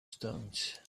stones